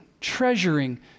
treasuring